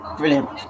brilliant